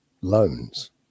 loans